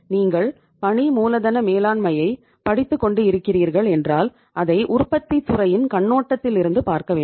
நீங்கள் பணி மூலதன மேலாண்மையை படித்து கொண்டு இருக்கிறீர்கள் என்றால் அதை உற்பத்தித் துறையின் கண்ணோட்டத்திலிருந்து பார்க்கவேண்டும்